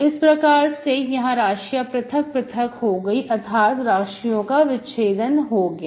तो इस प्रकार से यहां राशियां पृथक पृथक हो गई अर्थात राशियों का विच्छेदन हो गया